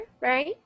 right